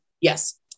Yes